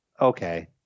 Okay